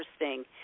interesting